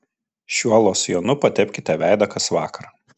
šiuo losjonu patepkite veidą kas vakarą